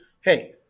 hey